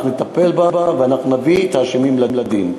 אנחנו נטפל בה, ואנחנו נביא את האשמים לדין.